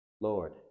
Lord